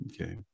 Okay